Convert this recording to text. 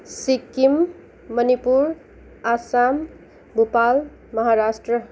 Sikkim Manipur Assam Bhopal Maharashtra